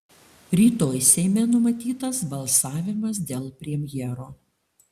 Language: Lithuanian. rytoj seime numatytas balsavimas dėl premjero